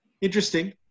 interesting